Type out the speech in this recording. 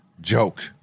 joke